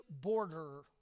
border